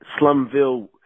Slumville